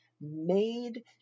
made